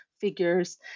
figures